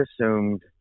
assumed